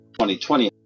2020